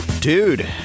Dude